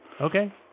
Okay